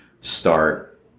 start